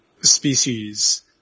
species